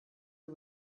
her